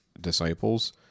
disciples